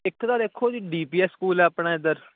ਇੱਕ ਤਾਂ ਦੇਖੋ ਜੀ ਡੀ ਪੀ ਐਸ ਸਕੂਲ ਹੈ ਆਪਣਾ ਇੱਧਰ